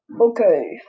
Okay